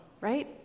right